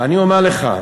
אני אומר לך,